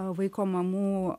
vaiko mamų